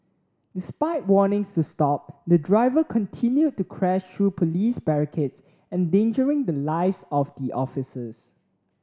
despite warnings to stop the driver continued to crash through police barricades endangering the lives of the officers